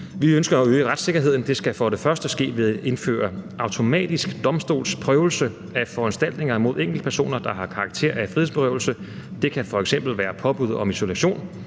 Vi ønsker at øge retssikkerheden. Det skal for det første ske ved at indføre automatisk domstolsprøvelse af foranstaltninger mod enkeltpersoner, der har karakter af frihedsberøvelse. Det kan f.eks. være påbud om isolation.